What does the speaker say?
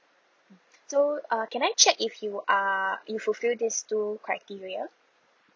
so uh can I check if you are you fulfil these two criteria